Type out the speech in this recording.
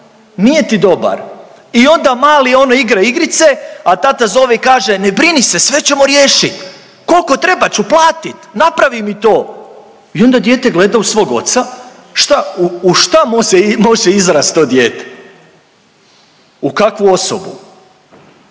nije ti dobar i onda mali ono igra igrice, a tata zove i kaže ne brini se sve ćemo riješit, koliko treba ću platit napravi mi to. I onda dijete gleda u svog oca šta, u šta može izrast to dijete u kakvu osobu.